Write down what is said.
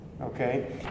okay